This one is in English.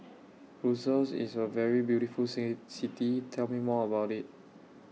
Brussels IS A very beautiful See City Please Tell Me More about IT